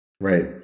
Right